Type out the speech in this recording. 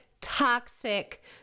toxic